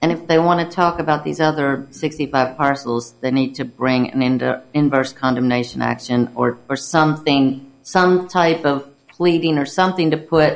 and if they want to talk about these other sixty five parcels they need to bring an end in verse condemnation action or or something some type of pleading or something to put